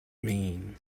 mean